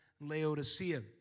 Laodicea